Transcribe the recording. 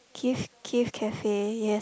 Kith Kith Cafe yes